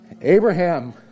Abraham